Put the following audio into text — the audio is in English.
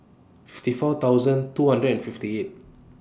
fifty four thousand two hundred and fifty eight